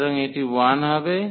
সুতরাং এটি 1 হবে